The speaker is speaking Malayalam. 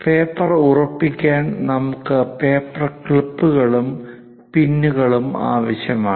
പേപ്പർ ഉറപ്പിക്കാൻ നമുക്ക് പേപ്പർ ക്ലിപ്പുകളും പിന്നുകളും ആവശ്യമാണ്